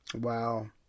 Wow